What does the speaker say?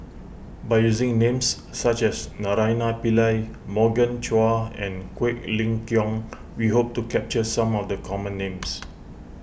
by using names such as Naraina Pillai Morgan Chua and Quek Ling Kiong we hope to capture some of the common names